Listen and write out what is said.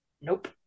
Nope